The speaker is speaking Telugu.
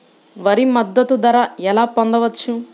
వరి మద్దతు ధర ఎలా పొందవచ్చు?